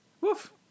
Woof